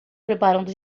preparando